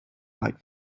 like